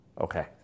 Okay